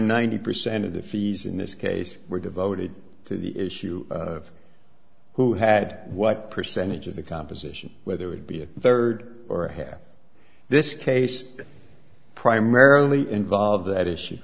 ninety percent of the fees in this case were devoted to the issue of who had what percentage of the composition whether it be a third or have this case primarily involve that issue